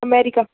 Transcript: America